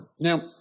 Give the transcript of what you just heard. Now